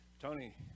Tony